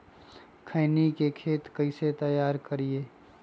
खैनी के खेत कइसे तैयार करिए?